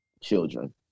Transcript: children